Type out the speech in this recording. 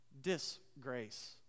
Disgrace